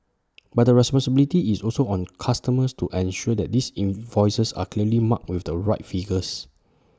but the responsibility is also on customers to ensure that these invoices are clearly marked with the right figures